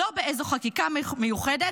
לא באיזו חקיקה מיוחדת,